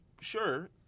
sure